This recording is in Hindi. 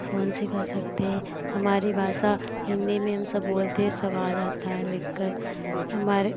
फ़ोन से कर सकते हैं हमारी भाषा हिन्दी में हम सब बोलते हैं सब आ जाता है लिखकर हमारे